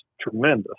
tremendous